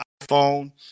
iPhone